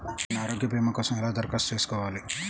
నేను ఆరోగ్య భీమా కోసం ఎలా దరఖాస్తు చేసుకోవాలి?